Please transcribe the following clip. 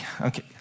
Okay